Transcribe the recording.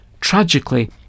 Tragically